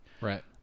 Right